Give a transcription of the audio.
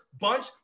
bunch